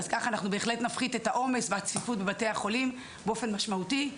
אז ככה בהחלט נפחית את העומס והצפיפות בבתי החולים באופן משמעותי,